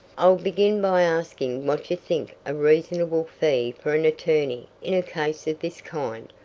i'll begin by asking what you think a reasonable fee for an attorney in a case of this kind.